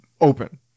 open